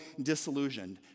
disillusioned